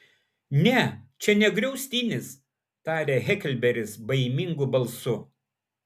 ne čia ne griaustinis tarė heklberis baimingu balsu